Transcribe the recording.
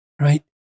right